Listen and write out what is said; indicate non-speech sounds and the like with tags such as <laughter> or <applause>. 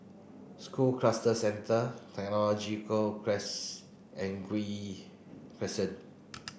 School Cluster Centre Technology <unintelligible> and Gul Crescent